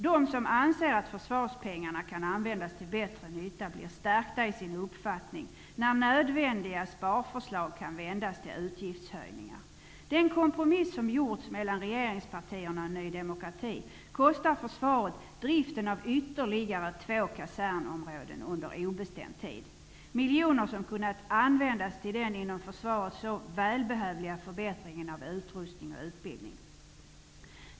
De som anser att försvarspengarna kan användas till bättre nytta blir stärkta i sin uppfattning när nödvändiga sparförslag kan vändas till utgiftshöjningar. Den kompromiss som gjorts mellan regeringspartierna och Ny demokrati kostar försvaret driften av ytterligare två kasernområden under obestämd tid. Det är miljoner som skulle ha kunnat användas till den inom försvaret så välbehövliga förbättringen av utrustning och utbildning.